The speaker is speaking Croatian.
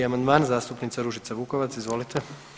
4. amandman, zastupnica Ružica Vukovac, izvolite.